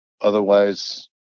Otherwise